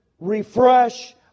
refresh